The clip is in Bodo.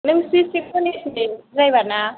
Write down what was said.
नों स्रि स्रि कलेजनि द्राइभार ना